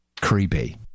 creepy